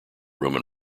roman